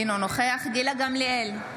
אינו נוכח גילה גמליאל,